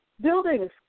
Buildings